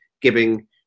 giving